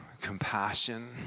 compassion